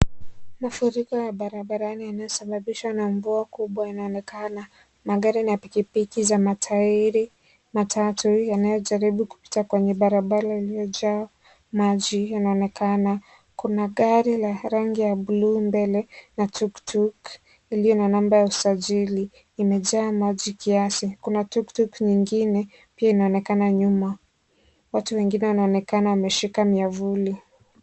Mafuriko ya barabara yaliyosababisha na mvua kubwa inaonekana na magari na pikipiki za matairi matatu yanayojaribu kupita kwenye barabara iliyojaa maji inaonekana kuna gari la rangi ya buluu mbele na tuktuk iliyo na namba ya usajili imejaa maji kiasi, kuna tuktuk nyingine pia imeonekana nyuma watu wengine wanaonekana wameshika mwiafuri.